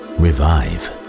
revive